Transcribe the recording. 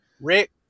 Rick